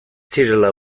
zirela